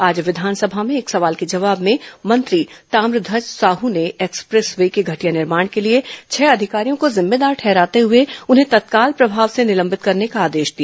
आज विधानसभा में एक सवाल के जवाब में मंत्री ताम्रध्वज साह ने एक्सप्रेस वे के घटिया निर्माण के लिए छह अधिकारियों को जिम्मेदार ठहराते हुए उन्हें तत्काल प्रभाव से निलंबित करने का आदेश दिया